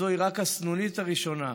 וזוהי רק הסנונית הראשונה.